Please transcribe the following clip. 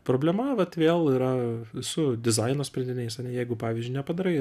problema vat vėl yra su dizaino sprendiniais ane jeigu pavyzdžiui nepadarai